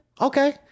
okay